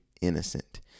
innocent